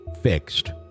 fixed